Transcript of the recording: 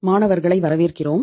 மாணவர்களை வரவேற்கிறோம்